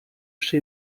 przy